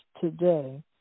today